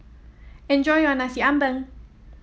enjoy your Nasi Ambeng